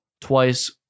twice